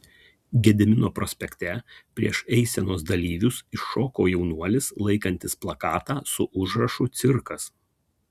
gedimino prospekte prieš eisenos dalyvius iššoko jaunuolis laikantis plakatą su užrašu cirkas